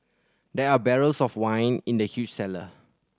there are barrels of wine in the huge cellar